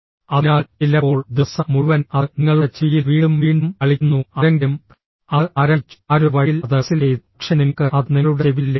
അതിനാൽ ചിലപ്പോൾ ദിവസം മുഴുവൻ അത് നിങ്ങളുടെ ചെവിയിൽ വീണ്ടും വീണ്ടും കളിക്കുന്നു ആരെങ്കിലും അത് ആരംഭിച്ചു ആരോ വഴിയിൽ അത് വിസിൽ ചെയ്തു പക്ഷേ നിങ്ങൾക്ക് അത് നിങ്ങളുടെ ചെവിയിൽ ലഭിച്ചു